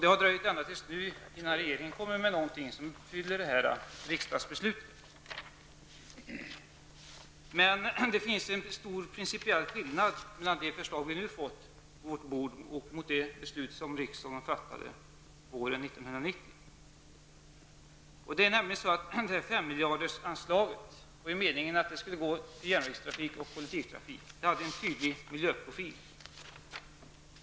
Det har dröjt ända tills nu innan regeringen har tillgodosett detta riksdagens beslut. Det finns en stor principiell skillnad mellan det förslag som vi nu fått på våra bord och det beslut riksdagen fattade våren 1990. Det var meningen att detta anslag på 5 miljarder kronor skulle gå till järnvägstrafik och kollektivtrafik, och det hade en tydlig miljöprofil.